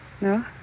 No